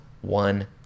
one